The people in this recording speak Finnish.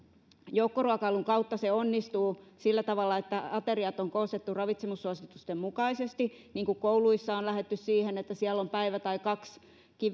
joukkoruokailun kautta se onnistuu sillä tavalla että ateriat on koostettu ravitsemussuositusten mukaisesti niin kuin kouluissa on lähdetty siihen että siellä päivä tai kaksikin